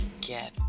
Get